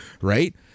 right